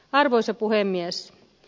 arvoisa puhemies